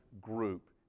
group